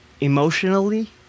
emotionally